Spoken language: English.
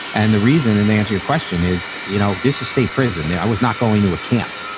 and the reason and answer your question is, you know, this is state prison. yeah i was not going to a camp,